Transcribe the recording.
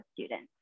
students